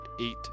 eight